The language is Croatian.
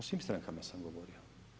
O svim strankama sam govorio.